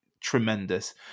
tremendous